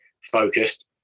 focused